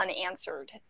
unanswered